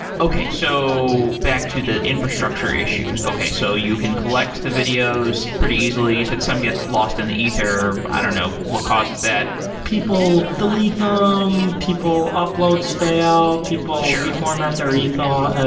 okay, so back to the infrastructure issues. okay, so you can collect the videos pretty easily. you said some get lost in the ether, i don't know what causes that people delete them, um people uploads fail, people reformat their ether,